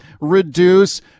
reduce